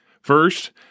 First